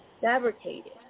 fabricated